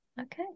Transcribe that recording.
Okay